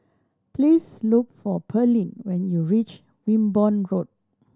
please look for Pearlene when you reach Wimborne Road